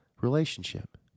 relationship